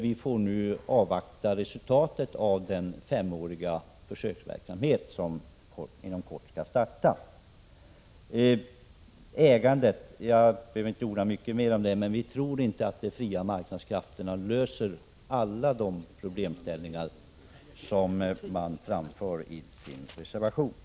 Vi får nu avvakta resultatet av den femåriga försöksverksamhet som skall starta inom kort. Jag behöver inte orda så mycket mer om ägandet. Vi tror emellertid inte att de fria marknadskrafterna löser alla de problem som framförs i reservationen.